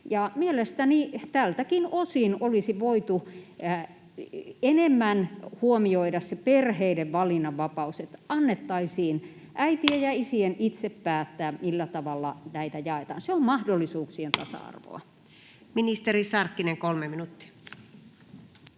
mielestäni tältäkin osin olisi voitu enemmän huomioida se perheiden valinnanvapaus, että annettaisiin äitien ja isien itse päättää, millä tavalla näitä jaetaan. Se on mahdollisuuksien tasa-arvoa. [Speech 254] Speaker: Anu